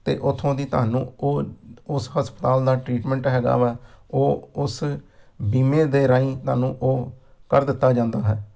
ਅਤੇ ਉੱਥੋਂ ਦੀ ਤੁਹਾਨੂੰ ਉਹ ਉਸ ਹਸਪਤਾਲ ਦਾ ਟਰੀਟਮੈਂਟ ਹੈਗਾ ਵਾ ਉਹ ਉਸ ਬੀਮੇ ਦੇ ਰਾਹੀਂ ਤੁਹਾਨੂੰ ਉਹ ਕਰ ਦਿੱਤਾ ਜਾਂਦਾ ਹੈ